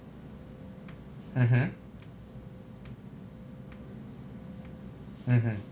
mmhmm mmhmm